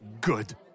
good